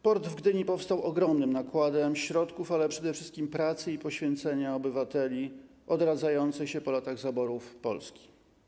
Port w Gdyni powstał ogromnym nakładem środków, ale przede wszystkim pracy i poświęcenia obywateli odradzającej się po latach zaborów Polski.